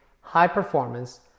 high-performance